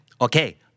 Okay